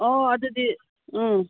ꯑꯣ ꯑꯗꯨꯗꯤ ꯎꯝ